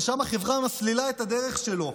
לשם החברה מסלילה את הדרך שלו.